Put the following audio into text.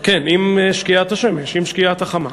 כן, עם שקיעת השמש, עם שקיעת החמה.